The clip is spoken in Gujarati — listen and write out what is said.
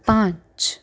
પાંચ